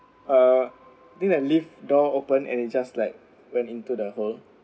uh didn't leave door open and it's just like when into the hole